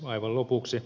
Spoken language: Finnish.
aivan lopuksi